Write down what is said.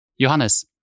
Johannes